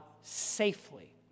safely